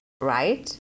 right